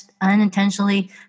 unintentionally